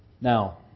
Now